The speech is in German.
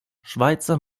schweizer